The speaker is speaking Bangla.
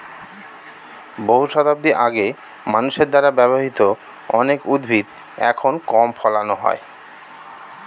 বহু শতাব্দী আগে মানুষের দ্বারা ব্যবহৃত অনেক উদ্ভিদ এখন কম ফলানো হয়